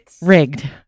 rigged